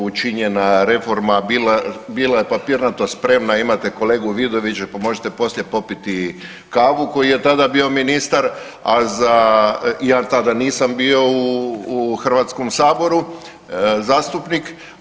Učinjena reforma a bila je papirnato spremna imate kolegu Vidovića pa možete poslije popiti kavu koji je tada bio ministar, ja tada nisam bio u Hrvatskom saboru zastupnik.